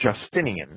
Justinian